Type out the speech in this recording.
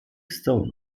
stone